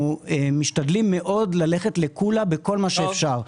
משתדלים מאוד ללכת לקולא בכל מה שאפשר.